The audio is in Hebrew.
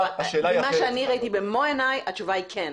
ממה שאני ראיתי במו עיניי, התשובה היא כן.